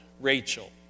Rachel